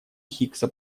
хиггса